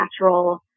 natural